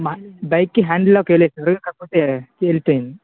మా బైక్కి handle lock వేయలేదు సార్ కాకపోతే కీ వెళ్ళిపోయింది